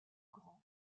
grand